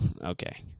Okay